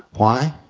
why?